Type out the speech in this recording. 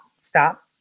Stop